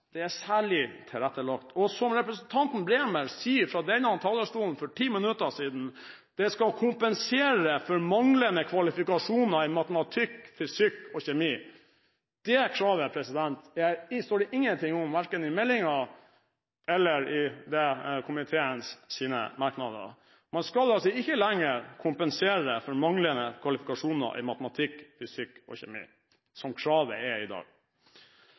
Som representanten Bremer sa fra denne talerstolen for 10 minutter siden, skal dette kompensere for manglende kvalifikasjoner innen matematikk, fysikk og kjemi. Det kravet står det ingenting om i verken meldingen eller i komiteens merknader. Man skal altså ikke lenger kompensere for manglende kvalifikasjoner i matematikk, fysikk eller kjemi, slik kravet er i dag.